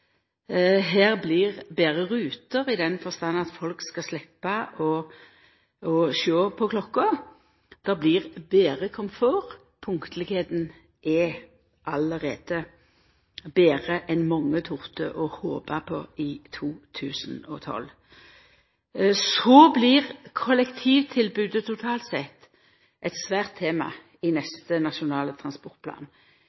ruter, i den forstand at folk skal sleppa å sjå på klokka, det blir betre komfort, og punktlegheita er allereie betre i 2012 enn mange torde håpa på. Så blir kollektivtilbodet totalt sett eit svært tema i